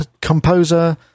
composer